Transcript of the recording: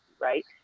right